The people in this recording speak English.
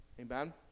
Amen